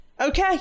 Okay